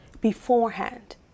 beforehand